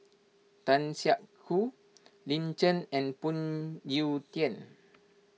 Tan Siak Kew Lin Chen and Phoon Yew Tien